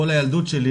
כל הילדות שלי,